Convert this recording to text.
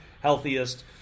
healthiest